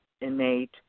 innate